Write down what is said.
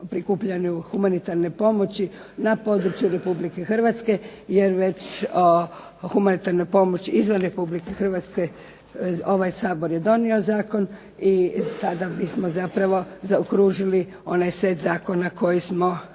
prikupljanju humanitarne pomoći na području Republike Hrvatske jer već humanitarna pomoć izvan Republike Hrvatske, ovaj Sabor je donio Zakon i tada bismo zapravo zaokružili onaj set zakona koji smo